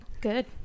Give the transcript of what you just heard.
Good